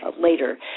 later